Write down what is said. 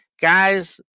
Guys